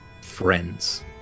friends